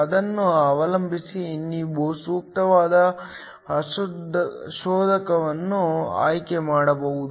ಅದನ್ನು ಅವಲಂಬಿಸಿ ನೀವು ಸೂಕ್ತವಾದ ಶೋಧಕವನ್ನು ಆಯ್ಕೆ ಮಾಡಬಹುದು